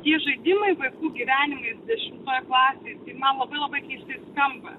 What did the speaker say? tie žaidimai vaikų gyvenimais dešimtoj klasėj tai man labai labai keistai skamba